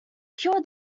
cure